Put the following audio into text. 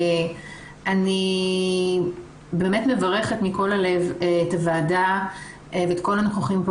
אני באמת מברכת מכל הלב את הוועדה ואת כל הנוכחים פה